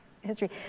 history